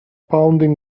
pounding